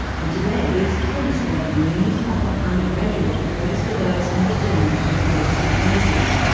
and today at least ten australian unis offer undergraduate degrees for those interested in becoming registered nurses.